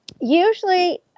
usually